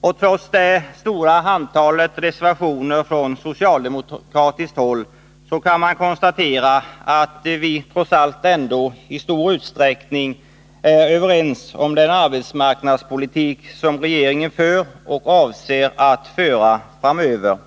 och trots det stora antalet reservationer från socialdemokratiskt håll kan man konstatera att vi ändå i stor utsträckning är överens om den arbetsmarknadspolitik som regeringen för och avser att föra framöver.